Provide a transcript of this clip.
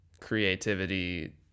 creativity